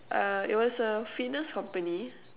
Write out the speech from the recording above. uh it was a fitness company